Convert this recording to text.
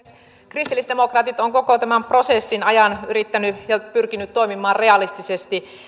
kristillisdemokraatit ovat koko tämän prosessin ajan yrittäneet ja pyrkineet toimimaan realistisesti